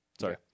Sorry